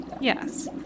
Yes